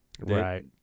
Right